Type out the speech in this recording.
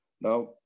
Now